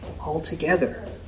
altogether